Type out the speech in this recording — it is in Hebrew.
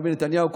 ביבי נתניהו,